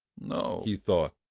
no, he thought,